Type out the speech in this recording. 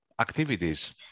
activities